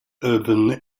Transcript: urban